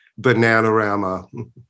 Bananarama